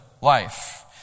life